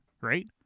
right